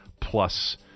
plus